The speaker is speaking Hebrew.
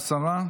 עשרה,